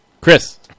Chris